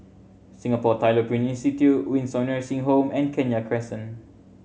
Singapore Tyler Print Institute Windsor Nursing Home and Kenya Crescent